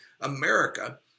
America